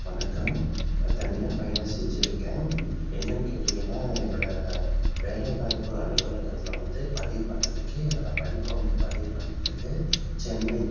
வணக்கம் தனியாக பயணம் செஞ்சுருக்கேன் எங்கேன்னு கேட்டிங்கன்னா என்னோட வேலைவாய்ப்பு அலுவலகத்தில் வந்து பதிவு பண்ணுறதுக்கு என்னோட படிப்பை வந்து பதிவு பண்ணுறதுக்கு சென்னை